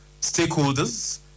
stakeholders